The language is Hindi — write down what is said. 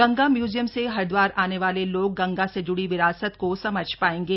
गंगा म्यूजियम से हरिद्वार आने वाले लोग गंगा से ज्ड़ी विरासत को समझ पाएंगे